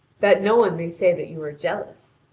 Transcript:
that no one may say that you are jealous.